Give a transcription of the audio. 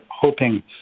hoping